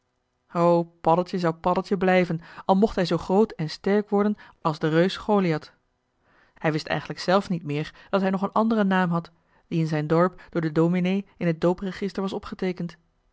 paddeltje zou paddeltje blijven al mocht hij zoo groot en sterk worden als de reus goliath hij wist eigenlijk zelf niet meer dat hij nog een anderen naam had die in zijn dorp door den dominee in het doopregister was opgeteekend